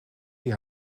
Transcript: die